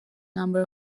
number